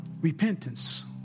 repentance